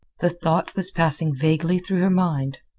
the thought was passing vaguely through her mind,